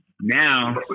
now